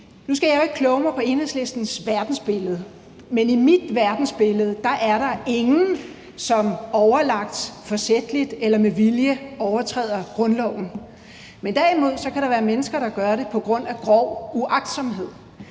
Nu skal jeg jo ikke kloge mig på Enhedslistens verdensbillede, men i mit verdensbillede er der ingen, som overlagt, forsætligt eller med vilje overtræder grundloven, men der kan derimod være mennesker, der gør det på grund af grov uagtsomhed,